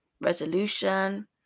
resolution